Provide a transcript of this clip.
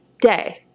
day